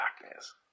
darkness